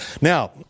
Now